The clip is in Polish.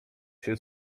się